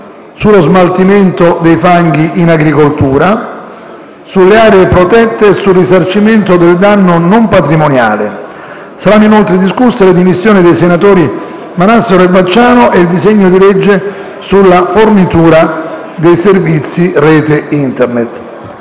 sullo smaltimento dei fanghi in agricoltura, sulle aree protette e sul risarcimento del danno non patrimoniale. Saranno inoltre discusse le dimissioni dei senatori Manassero e Vacciano e il disegno di legge sulla fornitura dei servizi rete Internet.